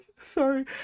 sorry